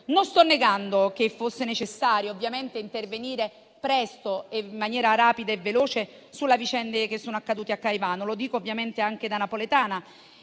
Non sto negando che fosse necessario intervenire presto e in maniera rapida e veloce sulle vicende che sono accadute a Caivano (lo dico ovviamente anche da napoletana).